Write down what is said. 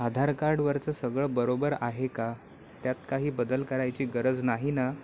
आधार कार्डवरचं सगळं बरोबर आहे का त्यात काही बदल करायची गरज नाही ना